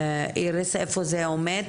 איריס, איפה זה עומד?